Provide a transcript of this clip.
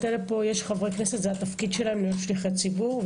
יש חברי כנסת, זה התפקיד שלהם להיות שליחי ציבור.